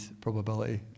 probability